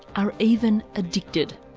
are even addicted.